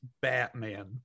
Batman